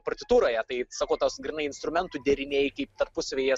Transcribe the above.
partitūroje tai sakau tos grynai instrumentų deriniai kaip tarpusavyje